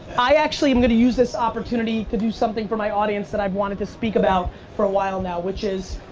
i actually am gonna use this opportunity to do something for my audience that i've wanted to speak about for a while now, which is,